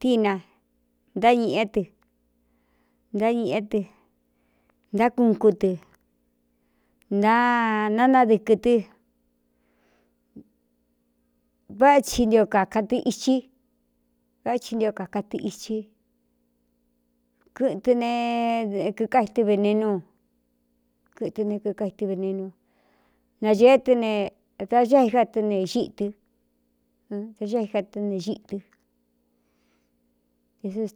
Tína ntáñīꞌé tɨ ntáñīꞌé tɨ ntákun cu tɨ ntananadɨkɨ̄ tɨ́vá ti nti kāka tɨ̄iti vá chi ntio kāka tɨiti kɨꞌtɨ ne kikáitɨ venenúu kɨɨ ne kīkaitɨ venenu nagēé tɨ ne da xáíka ɨ ne xíꞌtɨ dā xáíka tɨ́ ne xíꞌi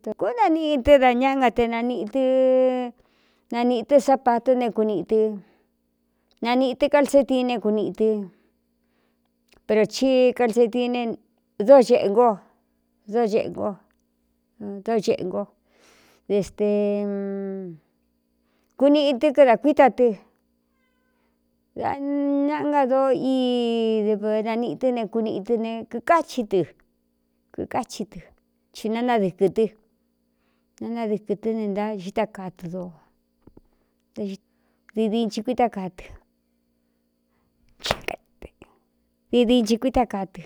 tɨku naniꞌi tɨ́ da ñaꞌá ngate naniꞌi tɨ nanīꞌi tɨ́ sapató ne kuniꞌi tɨ nanīꞌi tɨ kalsee tiné kuniꞌi tɨ pero cí kalsee tine dóxeꞌe ngo dóeꞌ no dóceꞌɨ ngo de ste kuniꞌi tɨ́ kɨ dā kuíta tɨ dā ñaꞌa ngadóo í dɨvɨ naniꞌi tɨ́ ne kuniꞌi tɨ ne kīkáchi tɨ kikáchi tɨ chi nánadɨkɨ̄ tɨ nánadɨkɨ̄ tɨ́ ne naxíta kaa tɨ ddidiin chi kuítá kaa tɨ kaɨ di diin chi kuítá kaa tɨ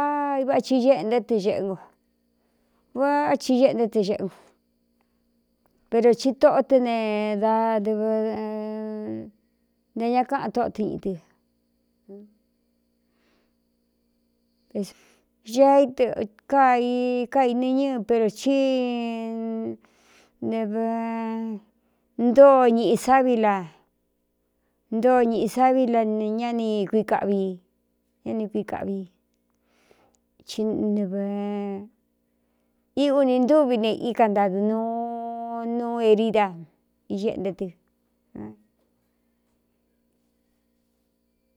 á ivá ci éꞌe nté tɨxeꞌe ngo á ci éꞌenté tɨ xeꞌ no pero ti tóꞌo tɨ́ ne dadv nte ña káꞌan tóꞌo tɨ ñiꞌi tɨ a í ki kainɨ ñɨ pero cí nte v ntóo ñiꞌi sábila ntóo ñiꞌi sábilañán kui kaꞌvi i ñáni kui kaꞌvii ci nv í uni ntúvi ne íka ntadɨ nuu nuú hērída ieꞌenté tɨ.